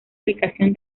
ubicación